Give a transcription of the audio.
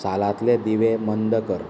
सालांतले दिवे मंद कर